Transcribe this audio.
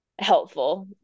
helpful